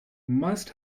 must